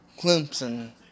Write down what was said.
Clemson